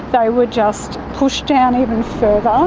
they were just pushed down even further. ah